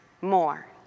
more